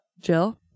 Jill